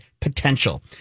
potential